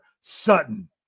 Sutton